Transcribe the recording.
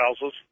houses